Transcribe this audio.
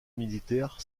militaire